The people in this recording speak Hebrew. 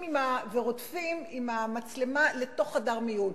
ורודפים עם המצלמה לתוך חדר המיון,